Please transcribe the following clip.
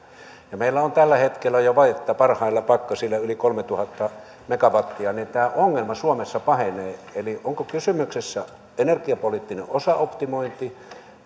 kun meillä on tällä hetkellä jo vajetta parhailla pakkasilla yli kolmetuhatta megawattia niin tämä ongelma suomessa pahenee eli onko kysymyksessä energiapoliittinen osaoptimointi